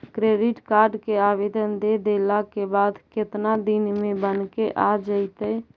Credit card के आवेदन दे देला के बाद केतना दिन में बनके आ जइतै?